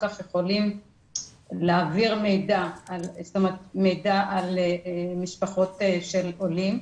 כך יכולים להעביר מידע על משפחות של עולים,